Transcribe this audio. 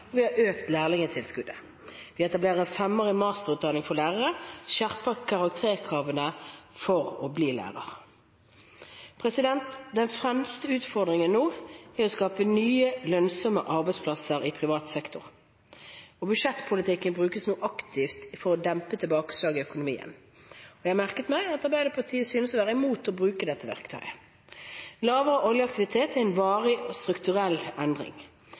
og vi har økt lærlingtilskuddet. Vi etablerer en femårig masterutdanning for lærere og skjerper karakterkravene for å bli lærer. Den fremste utfordringen nå er å skape nye, lønnsomme arbeidsplasser i privat sektor. Budsjettpolitikken brukes nå aktivt for å dempe tilbakeslaget i økonomien. Jeg har merket meg at Arbeiderpartiet synes å være imot å bruke dette verktøyet. Lavere oljeaktivitet er en varig og strukturell endring.